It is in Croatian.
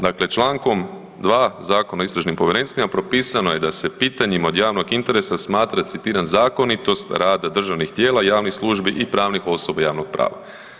Dakle čl. 2. Zakona o istražnim povjerenstvima propisano je da se pitanjima od javnog interesa smatra, citiram, zakonitost rada državnih tijela, javnih službi i pravnih osoba javnog prava.